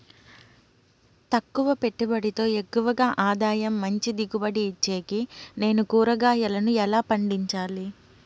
తక్కువ పెట్టుబడితో ఎక్కువగా ఆదాయం మంచి దిగుబడి ఇచ్చేకి నేను కూరగాయలను ఎలా పండించాలి?